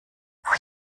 pfui